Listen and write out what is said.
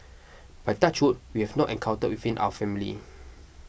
but touch wood we have not encountered within our family